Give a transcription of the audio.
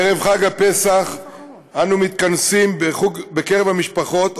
ערב חג הפסח אנו מתכנסים בקרב המשפחות,